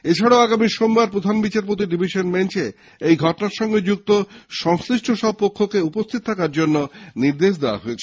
এছাড়াও আগামী সোমবার প্রধান বিচারপতির ডিভিশন বেঞ্চে এই ঘটনার সঙ্গে যুক্ত সংশ্লিষ্ট সব পক্ষকে উপস্থিত থাকার জন্যে নির্দেশ দেওয়া হয়েছে